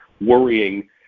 worrying